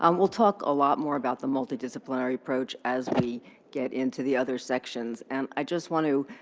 um we'll talk a lot more about the multidisciplinary approach as we get into the other sections. and i just want to